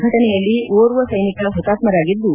ಘಟನೆಯಲ್ಲಿ ಓರ್ವ ಸೈನಿಕ ಹುತಾತ್ತರಾಗಿದ್ದು